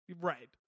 Right